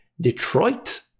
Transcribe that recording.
Detroit